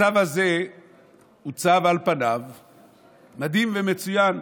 הצו הזה הוא על פניו צו מדהים ומצוין,